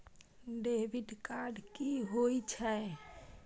Debit card कि होई छै?